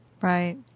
Right